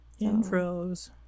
intros